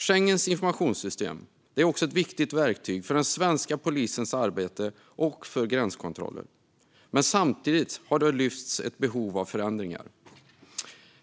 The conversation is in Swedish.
Schengens informationssystem är ett viktigt verktyg för den svenska polisens arbete och för gränskontroller. Men det har samtidigt lyfts fram ett behov av förändringar.